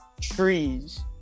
trees